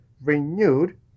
renewed